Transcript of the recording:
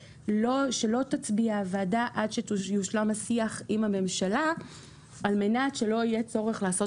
שלא תצביע הוועדה עד שיושלם השיח עם הממשלה על מנת שלא יהיה צורך לעשות